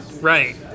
Right